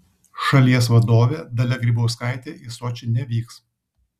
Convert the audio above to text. šalies vadovė dalia grybauskaitė į sočį nevyks